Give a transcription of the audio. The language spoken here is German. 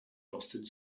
rostet